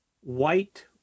white